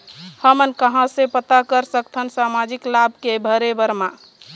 हमन कहां से पता कर सकथन सामाजिक लाभ के भरे बर मा?